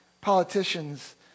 politicians